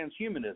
transhumanism